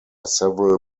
several